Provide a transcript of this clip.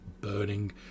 burning